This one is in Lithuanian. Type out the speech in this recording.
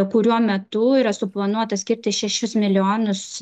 kurio metu yra suplanuota skirti šešis milijonus